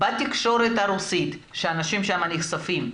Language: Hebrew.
בתקשורת הרוסית, שאנשים נחשפים אליה,